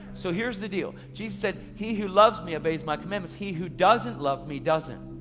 so here's the deal, jesus said he who loves me obeys my commandments, he who doesn't love me doesn't.